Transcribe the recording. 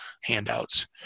handouts